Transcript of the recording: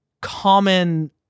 common